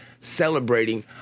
celebrating